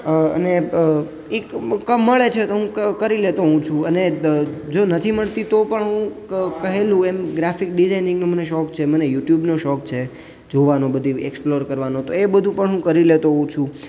અને એક કામ મળે છે તો કરી લેતો હોઉં છું અને જો નથી મળતી તો પણ હું કહેલું એમ ગ્રાફિક ડિઝાઇનિંગનો મને શોખ છે મને યુટ્યુબનો શોખ છે જોવાનો બધી એક્સપ્લોર કરવાનો તો એ બધું પણ હું કરી લેતો હોઉં છું